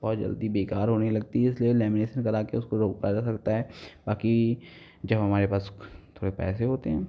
बहुत जल्दी बेकार होने लगती है इसलिए लैमीनेसन करा के उसको रोका जा सकता है बाकी जब हमारे पास थोड़े पैसे होते हैं